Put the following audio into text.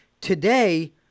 today